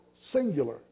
singular